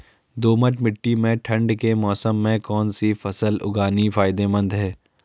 दोमट्ट मिट्टी में ठंड के मौसम में कौन सी फसल उगानी फायदेमंद है?